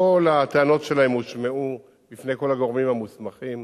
כל הטענות שלהם הושמעו בפני כל הגורמים המוסמכים.